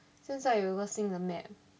现在有一个新的 map